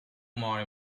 more